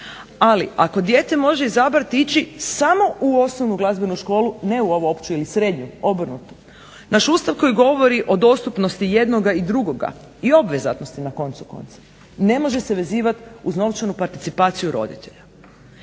ali ako dijete može izabrati ići samo u osnovnu glazbenu školu ne u ovu opću ili srednju, obrnuto, naš Ustav koji govori o dostupnosti jednoga i drugoga i obvezatnosti na koncu konca ne može se vezivati uz novčanu participaciju roditelja.